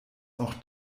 auch